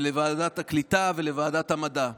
לוועדת הקליטה ולוועדת המדע.